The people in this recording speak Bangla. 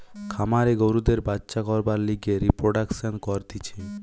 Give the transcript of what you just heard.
খামারে গরুদের বাচ্চা করবার লিগে রিপ্রোডাক্সন করতিছে